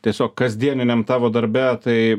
tiesiog kasdieniniam tavo darbe tai